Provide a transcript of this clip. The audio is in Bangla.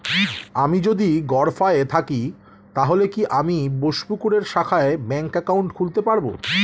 আমি যদি গরফায়ে থাকি তাহলে কি আমি বোসপুকুরের শাখায় ব্যঙ্ক একাউন্ট খুলতে পারবো?